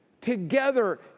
together